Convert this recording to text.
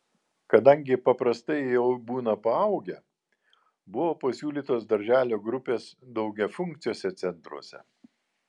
kadangi paprastai jie jau būna paaugę buvo pasiūlytos darželio grupės daugiafunkciuose centruose